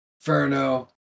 inferno